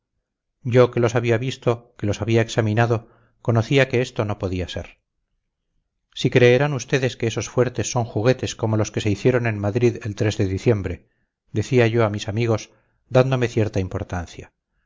yo que los había visto que los había examinado conocía que esto no podía ser si creerán ustedes que esos fuertes son juguetes como los que se hicieron en madrid el de diciembre decía yo a mis amigos dándome cierta importancia